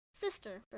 sister